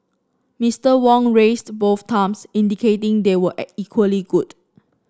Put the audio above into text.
Mister Wong raised both thumbs indicating they were at equally good